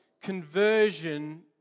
conversion